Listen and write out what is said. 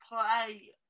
play